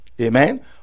Amen